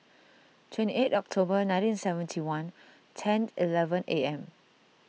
twenty eight October nineteen seventy one ten eleven A M